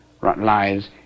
lies